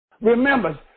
Remember